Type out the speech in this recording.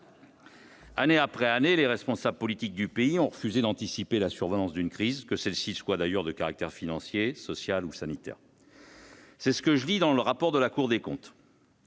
Année après année, les responsables politiques du pays ont refusé d'anticiper la survenance d'une crise, que celle-ci soit financière, sociale ou sanitaire. C'est ce que je lis dans le rapport de la Cour des comptes